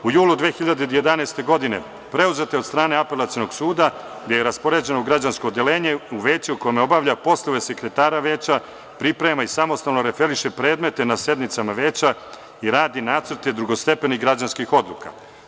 U julu 2011. godine preuzeta od strane Apelacionog suda, gde je raspoređena građansko odeljenje u veću u kome obavlja poslove sekretara veća, priprema i samostalno referiše predmete na sednicama veća i radi nacrte drugostepenih građanskih odluka.